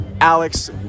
alex